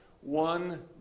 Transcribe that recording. one